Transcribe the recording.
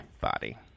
body